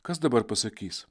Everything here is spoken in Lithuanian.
kas dabar pasakys